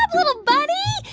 ah little buddy.